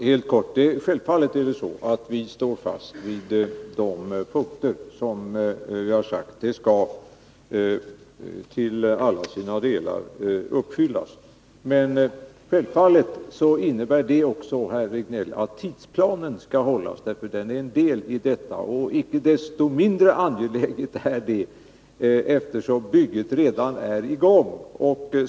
Fru talman! Jag vill bara helt kort säga att vi självfallet står fast vid det som vi har sagt. Det skall till alla delar uppfyllas. Men naturligtvis innebär det, Eric Rejdnell, att också tidsplanen skall hållas. Den är ju en del av det hela. Icke mindre angeläget är detta med tanke på att bygget redan är i gång.